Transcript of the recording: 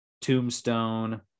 tombstone